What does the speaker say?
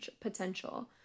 potential